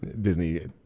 disney